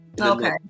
okay